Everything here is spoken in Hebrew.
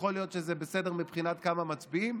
יכול להיות שזה בסדר מבחינת כמה מצביעים,